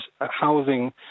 housing